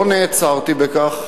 לא נעצרתי בכך,